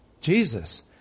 Jesus